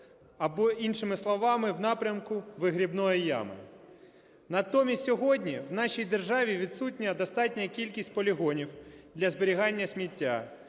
або іншими словами, в напрямку "вигрібної ями". Натомість сьогодні в нашій державі відсутня достатня кількість полігонів для зберігання сміття.